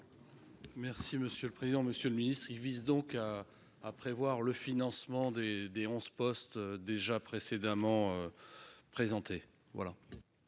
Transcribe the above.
Merci monsieur le président, monsieur le ministre, il vise donc à à prévoir le financement des dès 11 postes déjà précédemment présentés voilà.